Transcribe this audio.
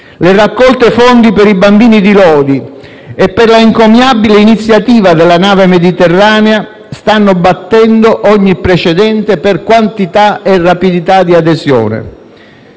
Le raccolte fondi per i bambini di Lodi e per la encomiabile iniziativa della nave Mediterranea stanno abbattendo ogni precedente per quantità e rapidità di adesione.